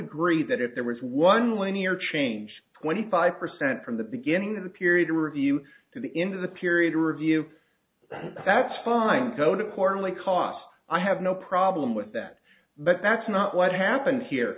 agree that if there was one linear change twenty five percent from the beginning of the period a review to the end of the period or review that's fine go to court only cost i have no problem with that but that's not what happened here